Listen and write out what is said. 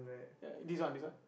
ya this one this one